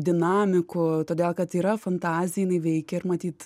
dinamikų todėl kad yra fantazija jinai veikia ir matyt